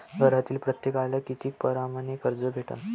घरातील प्रत्येकाले किती परमाने कर्ज भेटन?